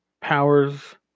powers